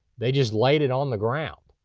they just laid it on the ground.